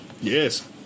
Yes